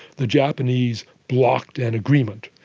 the japanese blocked an agreement,